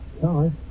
Sorry